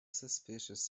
suspicious